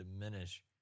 diminish